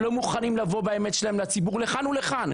שלא מוכנים לבוא עם האמת שלהם לציבור לכאן ולכאן,